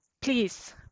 please